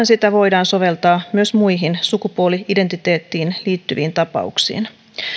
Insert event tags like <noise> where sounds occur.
<unintelligible> sitä voidaan soveltaa myös muihin sukupuoli identiteettiin liittyviin tapauksiin